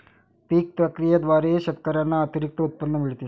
पीक प्रक्रियेद्वारे शेतकऱ्यांना अतिरिक्त उत्पन्न मिळते